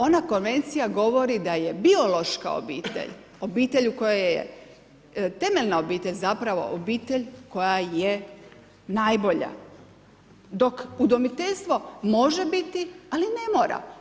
Ona konvencija govori o tome da je biološka obitelj, obitelj u kojoj je temeljna obitelj zapravo obitelj koja je najbolja dok udomiteljstvo može biti ali ne mora.